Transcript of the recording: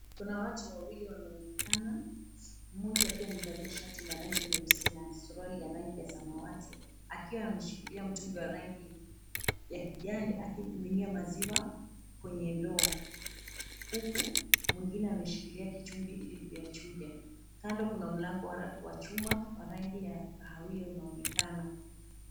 Kuna watu wawili wanaonekana, mmoja akiwa amevalia shati la rangi nyeusi na suruali ya rangi ya samawati, akiwa ameshikilia mtungi wa rangi ya kijani, akimiminia maziwa kwenye ndoo, huku mwingine ameshikilia kichungi ili kuyachuja. Kando kuna mlango wa chuma wa rangi ya kahawia unaoonekana.